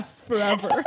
forever